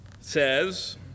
says